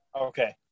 Okay